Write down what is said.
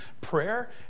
prayer